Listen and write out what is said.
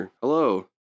Hello